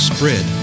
Spread